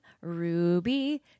Ruby